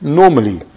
normally